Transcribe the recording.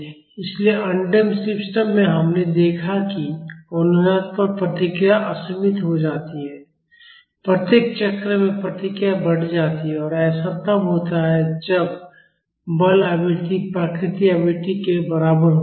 इसलिए undamped system में हमने देखा है कि अनुनाद पर प्रतिक्रिया असीमित हो जाती है प्रत्येक चक्र में प्रतिक्रिया बढ़ जाती है और ऐसा तब होता है जब बल आवृत्ति प्राकृतिक आवृत्ति के बराबर होती है